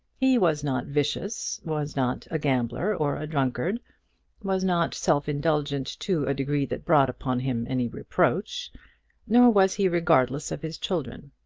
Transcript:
he was not vicious was not a gambler or a drunkard was not self-indulgent to a degree that brought upon him any reproach nor was he regardless of his children.